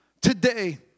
today